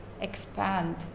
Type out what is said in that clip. expand